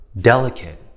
delicate